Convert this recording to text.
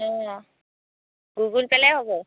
অঁ গুগুল হ'ব